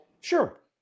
Sure